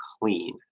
clean